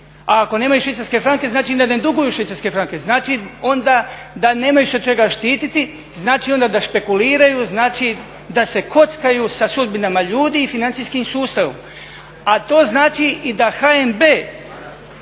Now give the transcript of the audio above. a ako nemaju švicarske franke znači da ne duguju švicarske franke. Znači onda da nemaju se od čega štititi, znači onda da špekuliraju, znači da se kockaju sa sudbinama ljudi i financijskim sustavom, a to znači i da HNB